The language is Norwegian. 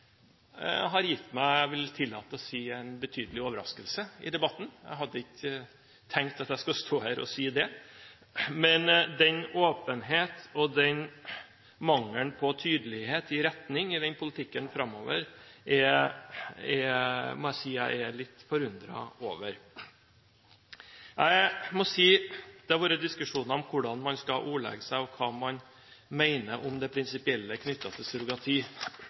jeg vil tillate meg å si – en betydelig overraskelse i debatten. Jeg hadde ikke tenkt at jeg skulle stå her og si det. Men den åpenhet og mangelen på tydelighet i retning i politikken framover må jeg si at jeg er litt forundret over. Det har vært diskusjoner om hvordan man skal ordlegge seg, og hva man mener om det prinsipielle knyttet til surrogati.